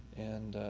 and